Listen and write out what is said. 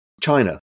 China